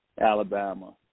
Alabama